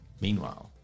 Meanwhile